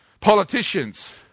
politicians